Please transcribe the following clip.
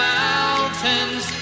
mountains